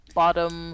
bottom